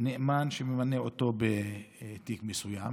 נאמן וממנה אותו בתיק מסוים.